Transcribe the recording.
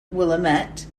willamette